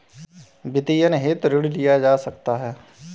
वित्तीयन हेतु ऋण लिया जा सकता है